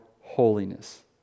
holiness